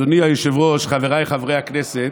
אדוני היושב-ראש, חבריי חברי הכנסת,